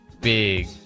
big